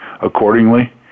accordingly